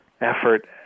effort